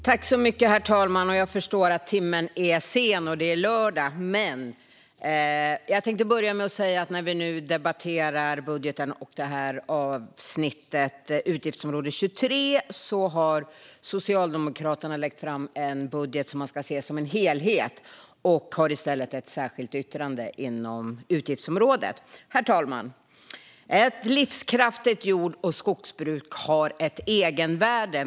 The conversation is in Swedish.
Herr talman! Jag förstår att timmen är sen, och det är lördag. Vi debatterar nu budgeten och avsnittet utgiftsområde 23. Här har Socialdemokraterna lagt fram en budget som man ska se som en helhet. Vi har i stället ett särskilt yttrande inom utgiftsområdet. Herr talman! Ett livskraftigt jord och skogsbruk har ett egenvärde.